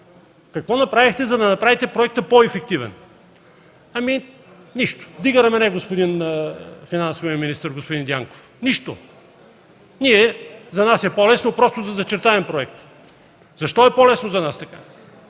Какво направихте, за да направите проекта по-ефективен? – Ами, нищо – вдига рамене финансовият министър господин Дянков. – Нищо! За нас е по-лесно просто да зачертаем проекта. Защо е по-лесно за нас така?